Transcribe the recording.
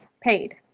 Paid